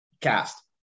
cast